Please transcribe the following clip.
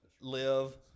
live